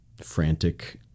frantic